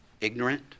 ignorant